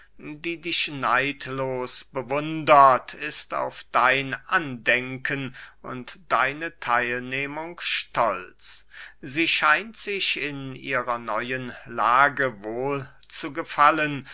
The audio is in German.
die dich neidlos bewundert ist auf dein andenken und deine theilnehmung stolz sie scheint sich in ihrer neuen lage wohl zu gefallen